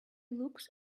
looks